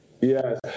Yes